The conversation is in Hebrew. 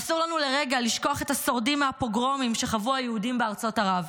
אסור לנו לרגע לשכוח את השורדים מהפוגרומים שחוו היהודים בארצות ערב.